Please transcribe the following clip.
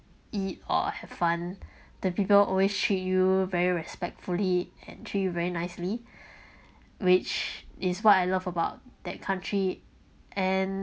eat or have fun the people always treat you very respectfully and threat you very nicely which is what I love about that country and